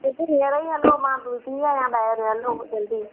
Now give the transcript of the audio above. हींअर ई हलो मां बीठी आहियां ॿाहिरि हलो जल्दी